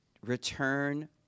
return